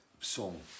song